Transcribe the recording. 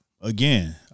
again